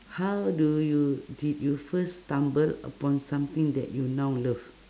how do you did you first stumble upon something that you now love